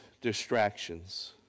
distractions